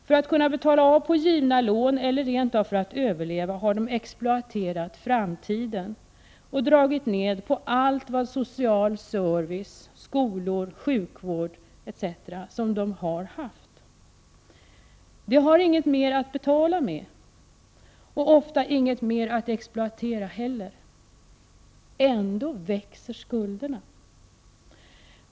För att kunna betala av på givna lån — eller rent av för att överleva — har de exploaterat framtiden och dragit ned på all social service, skolor, sjukvård etc. som de haft. De har inget mer att betala med och ofta inget mer att exploatera heller. Ändå växer skulderna.